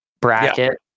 bracket